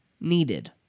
needed